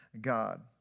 God